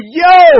yo